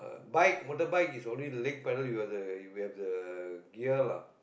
bike motorbike is always leg pedal you got the we have the gear lah